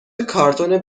کارتون